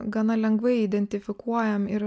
gana lengvai identifikuojam ir